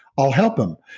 i'll help them.